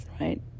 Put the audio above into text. right